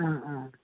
ആ ആ